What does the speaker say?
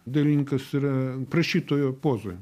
dalininkas yra prašytojo pozoj